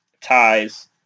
ties